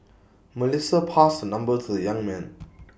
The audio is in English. Melissa passed number to the young man